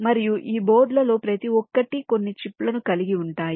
మరియు ఈ బోర్డులలో ప్రతి ఒక్కటి కొన్ని చిప్లను కలిగి ఉంటాయి